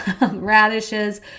radishes